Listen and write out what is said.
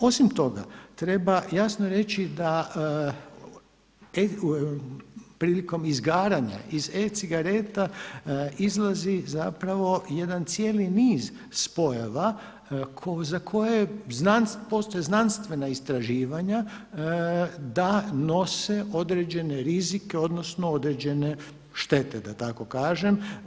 Osim toga treba jasno reći da prilikom izgaranja iz e-cigareta izlazi zapravo jedan cijeli niz spojeva za koje postoje znanstvena istraživanja da nose određene rizike, odnosno određene štete da tako kažem.